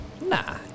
Nah